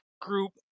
group